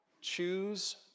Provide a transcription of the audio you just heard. choose